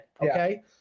okay